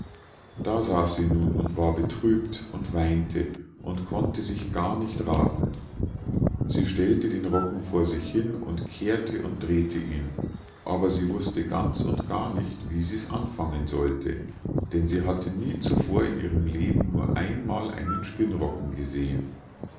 da saß sie nun und war betrübt und weinte und konnte sich gar nicht rathen sie stellte den rocken vor sich hin und kehrte und dreh'te ihn aber sie wusste ganz und gar nicht wie sie's anfangen sollte denn sie hatte nie zuvor in ihrem leben nur einmal einen spinnrocken gesehen